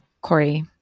Corey